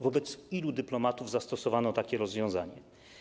Wobec ilu dyplomatów zastosowano takie rozwiązanie?